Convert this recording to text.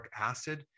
acid